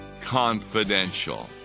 confidential